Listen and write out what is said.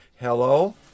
hello